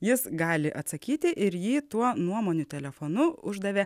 jis gali atsakyti ir jį tuo nuomonių telefonu uždavė